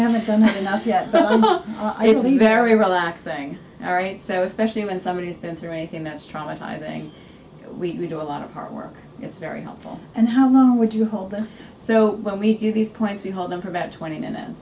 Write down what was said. haven't done enough yet but i believe very relaxing all right so especially when somebody has been through anything that's traumatizing we do a lot of hard work it's very helpful and how low would you hold us so when we do these points we hold them for about twenty minutes